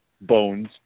bones